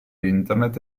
internet